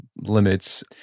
limits